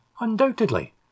Undoubtedly